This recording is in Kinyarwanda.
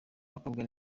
abakobwa